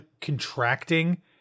contracting